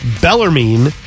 Bellarmine